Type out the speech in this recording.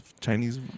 Chinese